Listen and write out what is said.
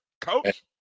Coach